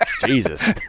Jesus